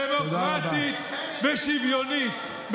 דמוקרטית ושוויונית.